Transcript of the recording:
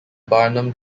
barnum